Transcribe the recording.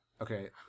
Okay